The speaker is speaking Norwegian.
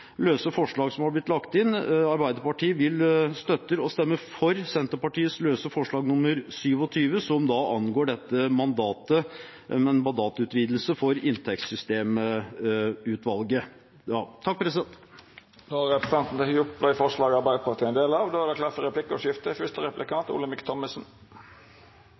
løse forslag som har blitt lagt inn. Arbeiderpartiet vil støtte og stemme for Senterpartiets løse forslag nr. 27, som angår en mandatutvidelse for inntektssystemutvalget. Representanten Stein Erik Lauvås har teke opp forslaget frå Arbeidarpartiet. Det er klart for replikkordskifte.